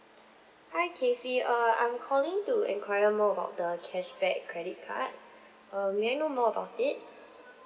hi casey uh I'm calling to enquire more about the cashback credit card err may I know more about it